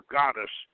goddess